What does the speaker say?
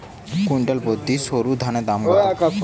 Quintal প্রতি সরুধানের দাম কত?